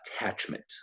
attachment